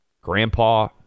Grandpa